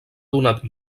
donat